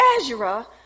Ezra